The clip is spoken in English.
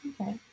Okay